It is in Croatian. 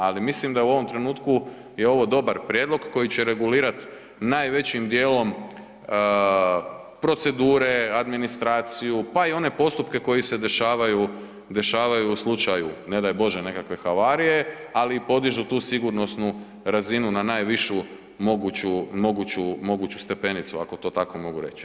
Ali mislim da u ovom trenutku je ovo dobar prijedlog koji će regulirati najvećim dijelom procedure, administraciju, pa i one postupke koji se dešavaju u slučaju, ne daj Bože nekakve havarije, ali i podižu tu sigurnosnu razinu na najvišu mogući stepenicu, ako to tako mogu reći.